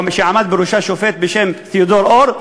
שעמד בראשה שופט בשם תיאודור אור,